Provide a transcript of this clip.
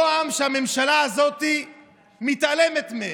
אותו עם שהממשלה הזאת מתעלמת ממנו.